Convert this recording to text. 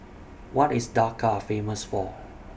What IS Dhaka Famous For